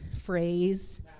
phrase